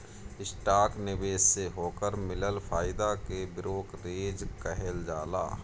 stock निवेश से ओकर मिलल फायदा के ब्रोकरेज कहल जाला